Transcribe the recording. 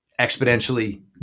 exponentially